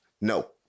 no